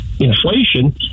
Inflation